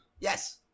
Yes